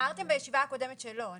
אמרתם בישיבה הקודמת שלא.